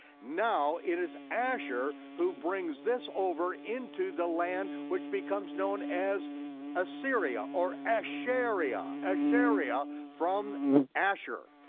now, it is asher who brings this over into the land which becomes known as assyria, or asheria, asheria from asher,